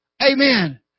amen